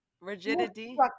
rigidity